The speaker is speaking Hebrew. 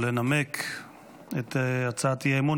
או לנמק את הצעת האי-אמון,